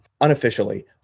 unofficially